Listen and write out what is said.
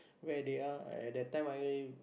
where they are at that time I